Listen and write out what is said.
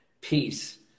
peace